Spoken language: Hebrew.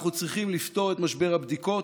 אנחנו צריכים לפתור את משבר הבדיקות,